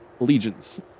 Allegiance